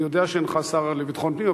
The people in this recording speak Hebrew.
אני יודע שאינך שר לביטחון פנים,